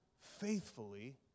faithfully